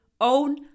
own